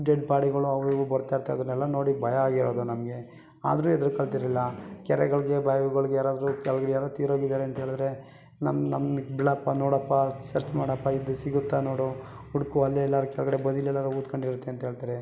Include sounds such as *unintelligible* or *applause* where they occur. dead ಬಾಡಿಗಳು ಅವು ಇವು ಬರ್ತಾ ಇರ್ತದೆ ಅದನ್ನೆಲ್ಲ ನೋಡಿ ಭಯ ಆಗಿರೋದು ನಮಗೆ ಆದ್ರೂ ಹೆದ್ರಕೊಳ್ತಿರ್ಲಿಲ್ಲ ಕೆರೆಗಳಿಗೆ ಬಾವಿಗಳ್ಗೆ ಯಾರಾದ್ರೂ *unintelligible* ಯಾರೋ ತೀರೋಗಿದ್ದಾರೆ ಅಂತ ಹೇಳದ್ರೆ ನಮ್ಮ ನಮ್ಮ ಬೀಳಪ್ಪ ನೋಡಪ್ಪ ಸರ್ಚ್ ಮಾಡಪ್ಪ ಇದು ಸಿಗುತ್ತಾ ನೋಡು ಹುಡುಕು ಅಲ್ಲೇ ಎಲ್ಲಾರು ಕೆಳಗಡೆ ಬದಿಲೆಲ್ಲಾದ್ರು ಊದ್ಕೊಂಡು ಇರುತ್ತೆ ಅಂತ ಹೇಳ್ತಾರೆ